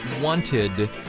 wanted